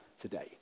today